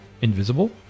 invisible